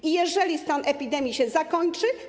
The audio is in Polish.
I jeżeli stan epidemii się zakończy.